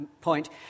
point